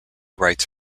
rights